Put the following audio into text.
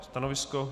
Stanovisko?